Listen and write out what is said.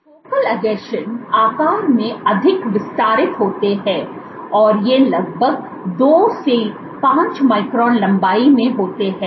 focal आसंजन आकार में अधिक विस्तारित होते हैं और ये लगभग 2 5 माइक्रोन लंबाई में होते हैं